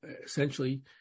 essentially